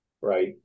right